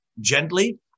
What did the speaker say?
gently